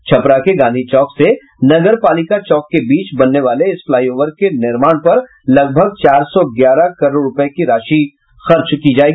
छपरा के गांधी चौक से नगरपालिका चौक के बीच बनने वाले इस फ्लाईओवर के निर्माण पर लगभग चार सौ ग्यारह करोड़ रूपये खर्च होंगे